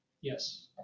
Yes